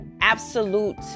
absolute